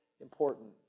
important